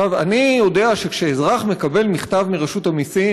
אני יודע שכשאזרח מקבל מכתב מרשות המסים,